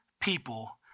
people